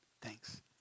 Thanks